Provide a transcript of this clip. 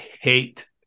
hate